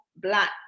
Black